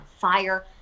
fire